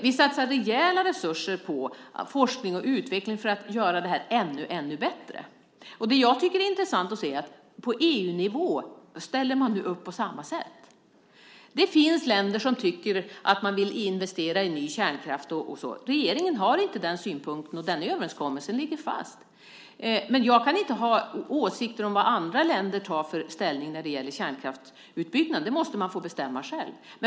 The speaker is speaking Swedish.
Vi satsar rejäla resurser på forskning och utveckling för att göra det här ännu bättre. Jag tycker att det är intressant att se att man nu ställer upp på samma sätt på EU-nivå. Det finns länder som tycker att de vill investera i ny kärnkraft. Regeringen har inte den synen, och den överenskommelsen ligger fast. Men jag kan inte ha åsikter om vilken ställning andra länder tar när det gäller kärnkraftsutbyggnad. Det måste man få bestämma själv.